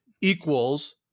equals